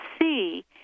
see